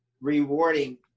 Rewarding